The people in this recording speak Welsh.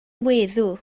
weddw